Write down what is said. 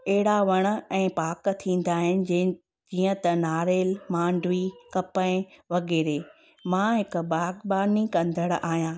अहिड़ा वणु ऐं पाक थींदा आहिनि जंहिंजे जीअं त नारियल मांडवी कपहि वग़ैरह मां हिकु बाग़ बानी कंदड़ आहियां